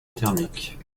thermique